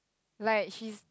like she's